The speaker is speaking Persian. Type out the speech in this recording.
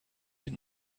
این